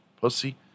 pussy